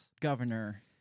governor